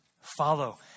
follow